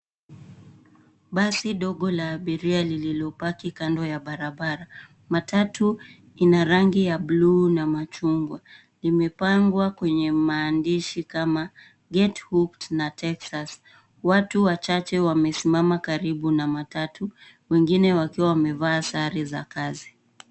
Basi dogo la abiria lililopaki kando ya barabara. Matatu ina rangi ya bluu na machungwa. Imepangwa kwenye maandishi kama (cs)GetHooked(cs) na (cs)Texas(cs). Watu wachache wamesimama karibu na matatu. Wengine wakiwa wamevaa sare za kazi.